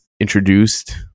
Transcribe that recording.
introduced